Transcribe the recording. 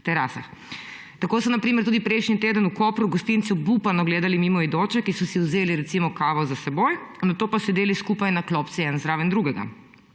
terasah. Tako so na primer tudi prejšnji teden v Kopru gostinci obupano gledali mimoidoče, ki so si vzeli recimo kavo za s seboj, nato pa sedeli skupaj na klopci eden zraven drugega